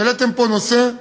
העליתם פה נושא,